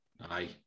aye